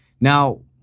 now